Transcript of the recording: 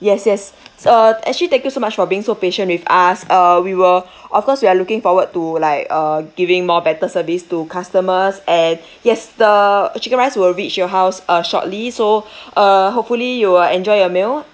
yes yes uh actually thank you so much for being so patient with us uh we will of course we are looking forward to like uh giving more better service to customers and yes the chicken rice will reach your house uh shortly so uh hopefully you will enjoy your meal